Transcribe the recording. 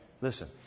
Listen